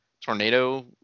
tornado